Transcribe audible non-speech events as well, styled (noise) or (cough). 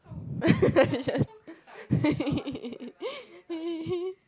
(laughs) it's just (laughs)